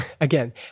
again